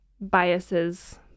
biases